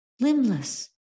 limbless